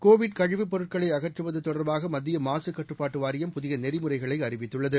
Covid கழிவுப் பொருட்களை அகற்றுவது தொடர்பாக மத்திய மாசுக் கட்டுப்பாட்டு வாரியம் புதிய நெறிமுறைகளை அறிவித்துள்ளது